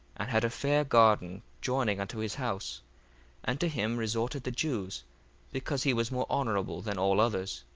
and had a fair garden joining unto his house and to him resorted the jews because he was more honourable than all others.